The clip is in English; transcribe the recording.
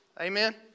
Amen